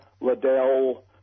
Liddell